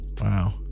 Wow